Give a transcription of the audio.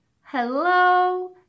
Hello